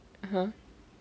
(uh huh)